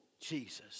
Jesus